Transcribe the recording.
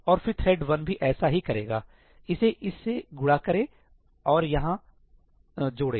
और फिर थ्रेड 1 भी ऐसा ही करेगा इसे इस से गुणा करें और इसे यहां जोड़ें